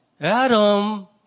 Adam